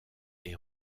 est